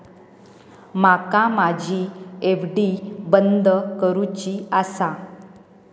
माका माझी एफ.डी बंद करुची आसा